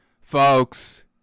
Folks